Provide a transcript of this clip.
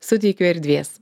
suteikiu erdvės